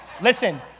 Listen